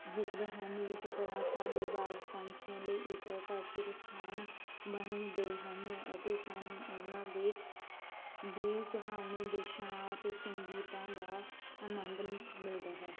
ਖਿੱਚਦੇ ਹਨ ਇਸ ਤਰ੍ਹਾਂ ਸਾਡੇ ਬਾਗ ਪੰਛੀਆਂ ਲਈ ਇੱਕ ਆਕਰਸ਼ਿਤ ਸਥਾਨ ਬਣ ਗਏ ਹਨ ਅਤੇ ਸਾਨੂੰ ਉਹਨਾਂ ਦੇ ਦੇ ਸੁਹਾਵਣੇ ਦ੍ਰਿਸ਼ਾਂ ਅਤੇ ਸੰਗੀਤਾਂ ਦਾ ਆਨੰਦ ਮਿਲਦਾ ਹੈ